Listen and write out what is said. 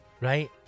right